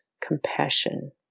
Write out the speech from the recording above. compassion